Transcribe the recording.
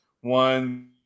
one